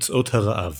תוצאות הרעב